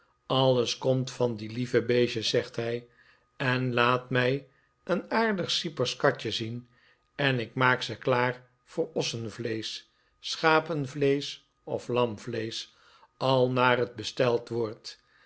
alles komt van die lieve beestjes zegt hij en laat mij een aardig cypersch katje zien en ik maak ze klaar voor ossenvleesch schapenvleesch of lamsvleesch al naar het besteld wordt